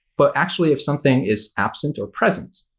but actually if something is absent or present.